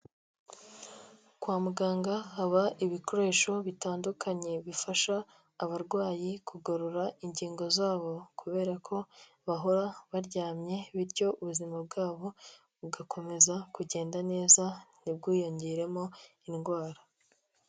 Kwa muganga haba ibikoresho bitandukanye bifasha abarwayi kugarura ingingo zabo, kubera ko bahora baryamye bityo ubuzima bwabo bugakomeza kugenda neza ntibwiyongeremo indwara.